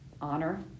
honor